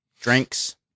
drinks